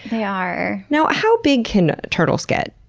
they are. now how big can turtles get?